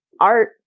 art